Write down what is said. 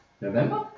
November